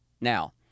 Now